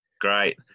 Great